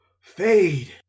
Fade